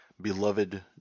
beloved